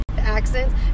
Accents